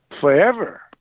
forever